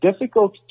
difficult